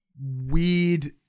weird